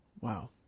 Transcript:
Wow